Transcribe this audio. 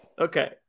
Okay